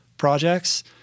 projects